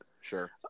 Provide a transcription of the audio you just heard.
sure